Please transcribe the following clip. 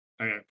Okay